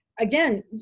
again